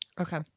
Okay